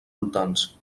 voltants